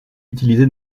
utilisé